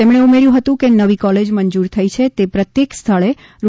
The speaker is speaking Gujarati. તેમણે ઉમેર્યું હતું કે નવી કોલેજ મંજૂર થઈ છે તે પ્રત્યેક સ્થળે રૂ